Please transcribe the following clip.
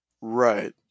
Right